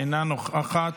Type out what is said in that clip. אינה נוכחת,